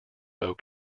oak